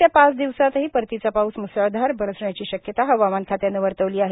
येत्या पाच दिवसातही परतीचा पाऊस म्सळधार बरण्याची शक्यता हवामान खात्याने वर्तवली आहे